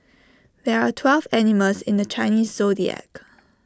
there are twelve animals in the Chinese Zodiac